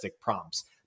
prompts